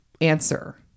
Answer